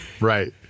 Right